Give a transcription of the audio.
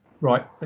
right